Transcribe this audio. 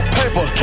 paper